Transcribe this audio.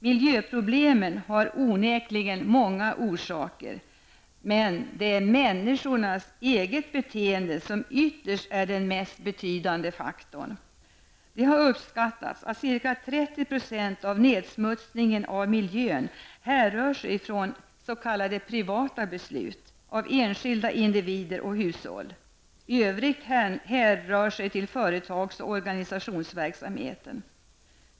Miljöproblemen har onekligen många orsaker, men människors beteende är ytterst den mest betydande faktorn. Det har uppskattats att ca 30 % av nedsmutsningen av miljön härrör sig från ''privata beslut'' av enskilda individer och hushåll. Övrigt härrör sig till företags och organisationsverksamhet.